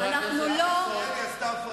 בכנסת היא עשתה הפרדה,